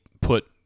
put